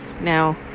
Now